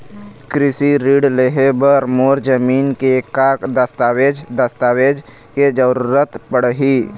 कृषि ऋण लेहे बर मोर जमीन के का दस्तावेज दस्तावेज के जरूरत पड़ही?